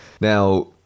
Now